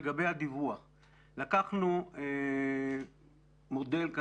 לקחנו מודל.